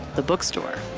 the bookstore.